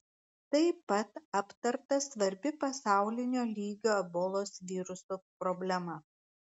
tai pat aptarta svarbi pasaulinio lygio ebolos viruso problema